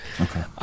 Okay